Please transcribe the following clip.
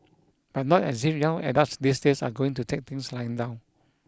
and not as if young adults these days are going to take things lying down